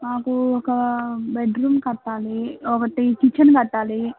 మాకు ఒక బెడ్రూమ్ కట్టాలి ఒకటి కిచెన్ కట్టాలి